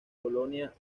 polonia